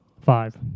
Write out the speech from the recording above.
Five